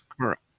correct